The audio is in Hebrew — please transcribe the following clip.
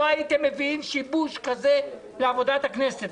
לא הייתם מביאים שיבוש כזה לעבודת הכנסת,